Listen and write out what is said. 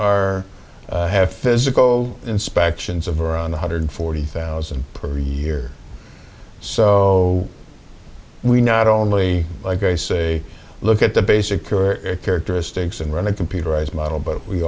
are have physical inspections of around one hundred forty thousand per year so we not only like i say look at the basic characteristics and run a computerized model but we